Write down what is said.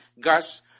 gas